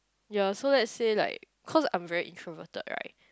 ya so let's say like cause I'm very introverted right